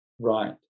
right